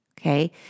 Okay